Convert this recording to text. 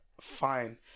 Fine